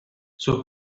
sus